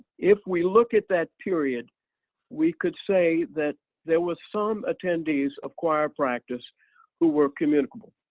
if we look at that period we could say that there was some attendees of choir practice who were communicable